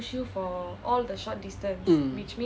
mm